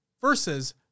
versus